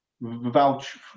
vouch